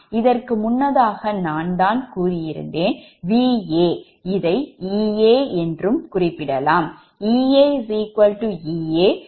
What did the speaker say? இதற்கு முன்னதாக தான் நான் கூறியிருந்தேன் Va இதை Ea என்றும் குறிப்பிடலாம்